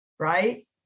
right